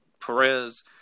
Perez